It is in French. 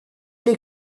est